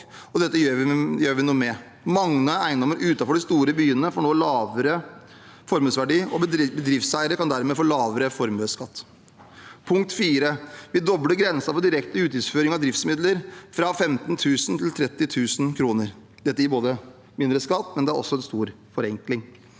dette gjør vi noe med. Mange eiendommer utenfor de store byene får nå lavere formuesverdi, og bedriftseiere kan dermed få lavere formuesskatt. Punkt fire: Vi dobler grensen for direkte utgiftsføring av driftsmidler fra 15 000 kr til 30 000 kr. Dette gir mindre skatt og er en stor forenkling.